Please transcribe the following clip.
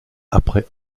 après